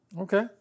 Okay